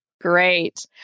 Great